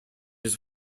his